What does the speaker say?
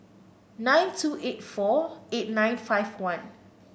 nine two eight four eight nine five one